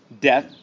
death